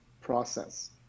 process